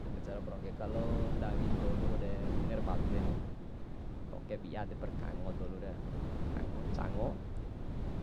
Ta mbeca ro'o parongge kalo ndawi dolu raure monera badeni, toke bia, depara kango dolure, ncango